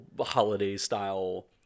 holiday-style